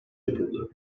yapıldı